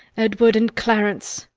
edward and clarence!